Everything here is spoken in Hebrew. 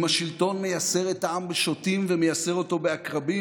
אם השלטון מייסר את העם בשוטים ומייסר אותו בעקרבים,